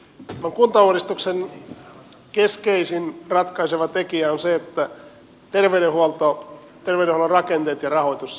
tämän kuntauudistuksen keskeisin ratkaiseva tekijä on se että terveydenhuollon rakenteet ja rahoitus saadaan kuntoon